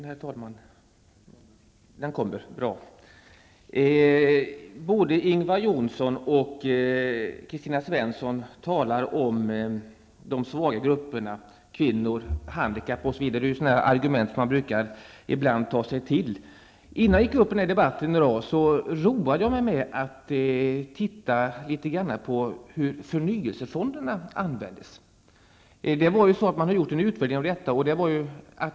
Herr talman! Både Ingvar Johnsson och Kristina Svensson talar om de svaga grupperna, kvinnor, handikappade osv. Det är sådana argument som man ibland brukar ta till. Innan jag gick upp i debatten här i dag roade jag mig med att titta litet grand på hur förnyelsefonderna använts. Man har gjort en utvärdering av detta.